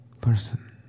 person